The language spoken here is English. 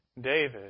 David